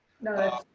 No